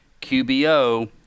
qbo